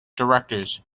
directors